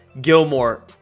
Gilmore